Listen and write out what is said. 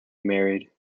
married